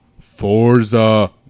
Forza